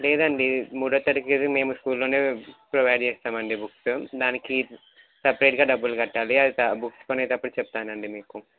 లేదండి మూడవ తరగతి మేము స్కూల్లోనే ప్రొవైడ్ చేస్తామండి బుక్స్ దానికి సపరేట్గా డబ్బులు కట్టాలి అది బుక్స్ కొనేటప్పుడు చెప్తానండి మీకు